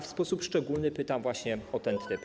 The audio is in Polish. W sposób szczególny pytam właśnie o ten tryb.